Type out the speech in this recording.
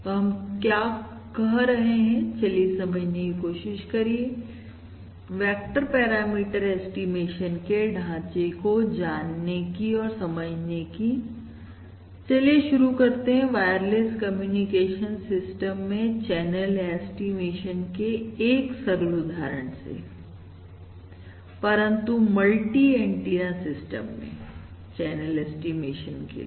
तो हम क्या कह रहे हैं चलिए समझने की कोशिश करिए वेक्टर पैरामीटर ऐस्टीमेशन के ढांचे को जानने की और समझने की चलिए शुरू करते हैं वायरलेस कम्युनिकेशन सिस्टम में चैनल ऐस्टीमेशन के एक सरल उदाहरण से परंतु मल्टी एंटीना सिस्टम में चैनल ऐस्टीमेशन के लिए